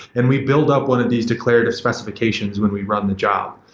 and we build up one of these declarative specifications when we run the job.